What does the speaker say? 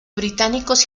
británicos